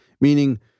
Meaning